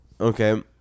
Okay